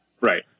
Right